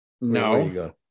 No